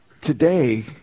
Today